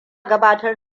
gabatar